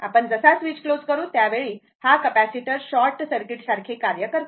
आपण जसा switch close करू त्यावेळी हा कपॅसिटर शॉर्ट सर्किट सारखे कार्य करते